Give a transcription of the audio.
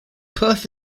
perth